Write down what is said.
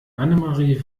annemarie